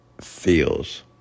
feels